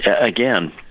Again